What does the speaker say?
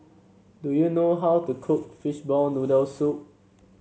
do you know how to cook Fishball Noodle Soup